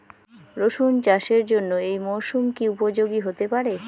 রসুন চাষের জন্য এই মরসুম কি উপযোগী হতে পারে?